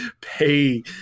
pay